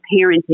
parenting